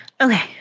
Okay